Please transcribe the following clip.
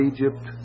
Egypt